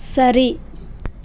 சரி